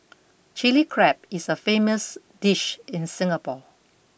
Chilli Crab is a famous dish in Singapore